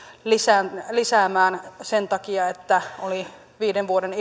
lisäämään lisäämään sen takia että oli viiden vuoden